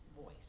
voice